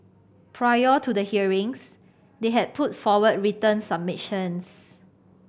prior to the hearings they had put forward written submissions